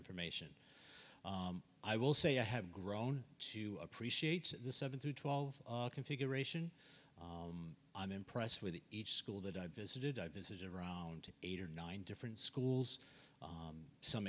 information i will say i have grown to appreciate this seven through twelve configuration i'm impressed with each school that i visited i visited around eight or nine different schools some